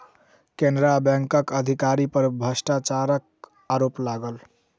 केनरा बैंकक अधिकारी पर भ्रष्टाचारक आरोप लागल